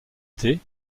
thé